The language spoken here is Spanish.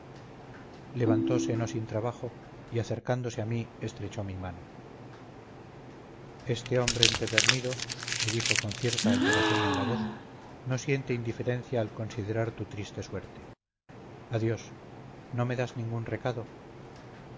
levantose no sin trabajo y acercándose a mí estrechó mi mano este hombre empedernido me dijo con cierta alteración en la voz no siente indiferencia al considerar tu triste suerte adiós no me das ningún recado